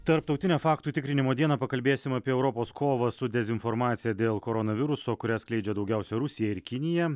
tarptautinę faktų tikrinimo dieną pakalbėsim apie europos kovą su dezinformacija dėl koronaviruso kurią skleidžia daugiausia rusija ir kinija